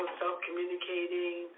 self-communicating